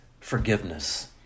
forgiveness